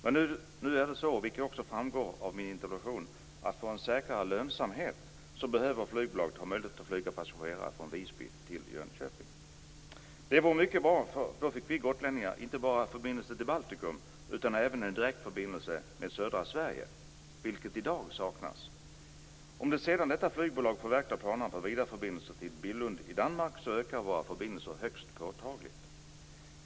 Men nu är det så, vilket också framgår av min interpellation, att för att få en säkrare lönsamhet behöver flygbolaget ha möjlighet att flyga passagerare från Visby till Jönköping. Det vore mycket bra, för då skulle vi gotlänningar få inte bara en förbindelse med Baltikum utan även en direktförbindelse med södra Sverige, vilket i dag saknas. Om sedan detta flygbolag förverkligar planer på en vidareförbindelse till Billund i Danmark ökar våra förbindelser högst påtagligt.